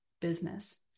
business